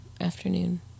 afternoon